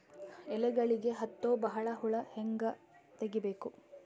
ಎಲೆಗಳಿಗೆ ಹತ್ತೋ ಬಹಳ ಹುಳ ಹಂಗ ತೆಗೀಬೆಕು?